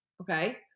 okay